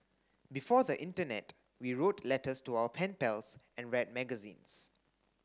before the internet we wrote letters to our pen pals and read magazines